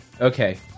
Okay